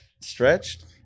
stretched